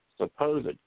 supposed